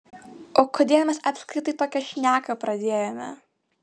o kodėl mes apskritai tokią šneką pradėjome